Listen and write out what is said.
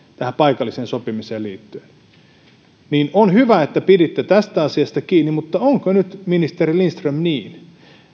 tähän paikalliseen sopimiseen liittyen on hyvä että piditte tästä asiasta kiinni mutta onko nyt ministeri lindström niin